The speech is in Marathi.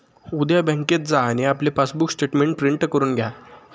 उद्या बँकेत जा आणि आपले पासबुक स्टेटमेंट प्रिंट करून घ्या